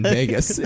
Vegas